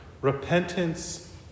Repentance